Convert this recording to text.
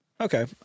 Okay